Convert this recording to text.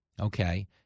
okay